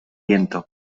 viento